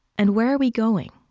and where are we going?